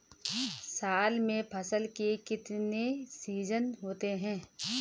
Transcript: साल में फसल के कितने सीजन होते हैं?